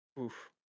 Oof